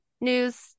news